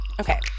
Okay